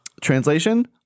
Translation